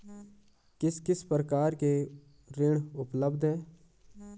किस किस प्रकार के ऋण उपलब्ध हैं?